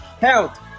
Health